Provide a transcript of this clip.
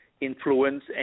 influence